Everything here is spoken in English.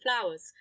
flowers